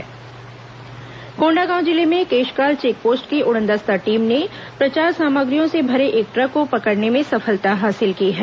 प्रचार सामग्री जुब्त कोंडागांव जिले में केशकाल चेक पोस्ट की उड़नदस्ता टीम ने प्रचार सामग्रियों से भरे एक ट्रक को पकड़ने में सफलता हासिल की है